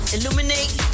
Illuminate